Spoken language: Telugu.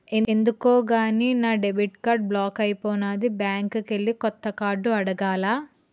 ఎందుకో గాని నా డెబిట్ కార్డు బ్లాక్ అయిపోనాది బ్యాంకికెల్లి కొత్త కార్డు అడగాల